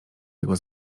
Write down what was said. jego